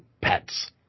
pets